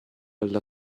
alla